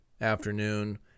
afternoon